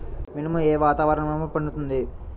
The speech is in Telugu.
మినుము ఏ వాతావరణంలో పండుతుంది?